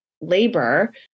labor